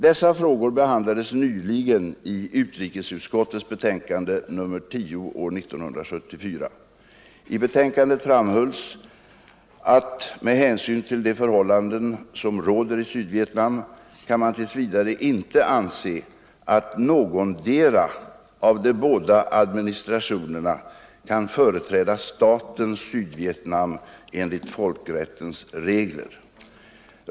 Dessa frågor behandlades nyligen i utrikesutskottets betänkande nr 10 år 1974. I betänkandet framhölls att med hänsyn till de förhållanden som råder i Sydvietnam kan man tills vidare inte anse, att någondera av de båda administrationerna kan företräda staten Sydvietnam enligt folkrättens regler.